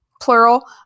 Plural